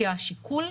כי השיקול,